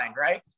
right